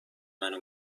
منو